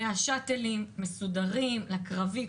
היו שאטלים מסודרים לקרביים,